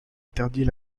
interdit